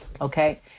Okay